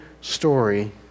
story